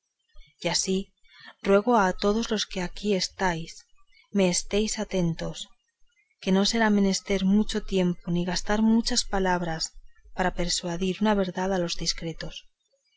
y así ruego a todos los que aquí estáis me estéis atentos que no será menester mucho tiempo ni gastar muchas palabras para persuadir una verdad a los discretos